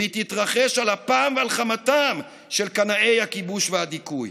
והיא תתרחש על אפם ועל חמתם של קנאי הכיבוש והדיכוי.